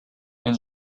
and